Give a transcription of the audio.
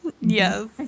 Yes